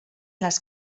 las